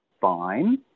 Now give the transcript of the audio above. fine